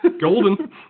Golden